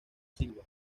silva